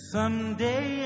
Someday